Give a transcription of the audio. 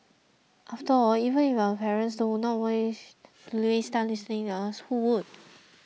after all if even our parents do not want to waste time listening to us who would